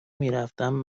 میرفتم